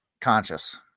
conscious